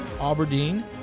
Aberdeen